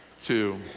two